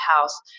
house